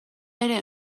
ere